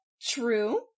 True